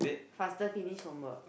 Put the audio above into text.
faster finish homework